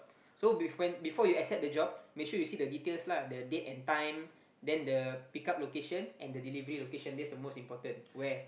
so before when before you accept the job make sure you see the details lah the date and time then the pick up location and the delivery location that's the most important where